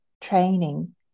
training